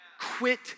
quit